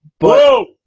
Whoa